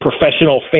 professional